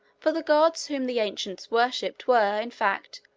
for the gods whom the ancients worshiped were, in fact,